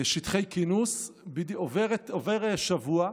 שטחי כינוס, עובר שבוע,